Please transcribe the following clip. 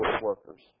workers